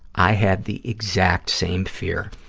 i had the exact same fear,